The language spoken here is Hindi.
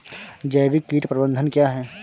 जैविक कीट प्रबंधन क्या है?